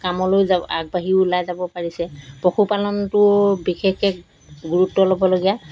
কামলৈ যাব আগবাঢ়িও ওলাই যাব পাৰিছে পশুপালনটো বিশেষকৈ গুৰুত্ব ল'বলগীয়া